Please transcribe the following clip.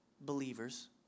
believers